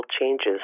changes